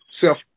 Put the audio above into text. self